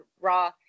raw